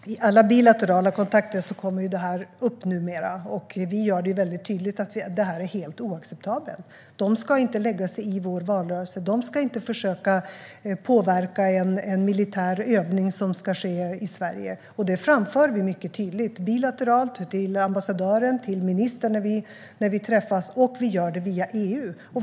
Herr talman! I alla bilaterala kontakter kommer detta upp. Vi gör det tydligt att det är helt oacceptabelt. De ska inte lägga sig i vår valrörelse; de ska inte försöka påverka en militär övning som ska ske i Sverige. Det framför vi tydligt bilateralt till ambassadören och ministern när vi träffas, och vi gör det via EU.